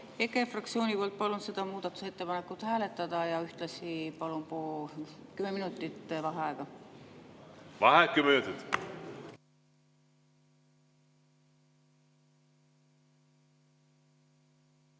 EKRE fraktsiooni poolt palun seda muudatusettepanekut hääletada ja ühtlasi palun kümme minutit vaheaega. Vaheaeg kümme